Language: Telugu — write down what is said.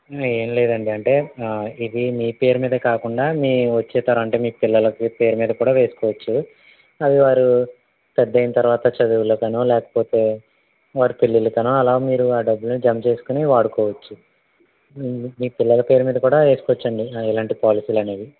ఏం లేదండి అంటే ఇది మీ పేరు మీదే కాకుండా మీ వచ్చే తరం అంటే మీ పిల్లల పేరు మీద కూడా వేసుకోవచ్చు అవి వారు పెద్దయిన తర్వాత చదువులకనో లేకపోతే వారి పెళ్ళిళ్ళకనో అలా మీరు ఆ డబ్బులుని జమ చేసుకుని వాడుకోవచ్చు మీ పిలల్ల పేరు మీద కూడా వేసుకోవచ్చండి ఇలాంటి పాలసీలు అనేవి